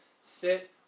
sit